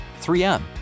3M